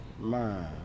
Man